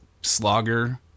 Slogger